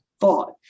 thought